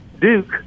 Duke –